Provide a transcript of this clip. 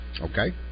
Okay